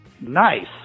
Nice